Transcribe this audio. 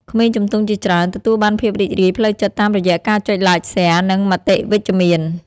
ក្មេងជំទង់ជាច្រើនទទួលបានភាពរីករាយផ្លូវចិត្តតាមរយៈ ការចុច ឡាច ស៊ែរ និងមតិវិជ្ជមាន។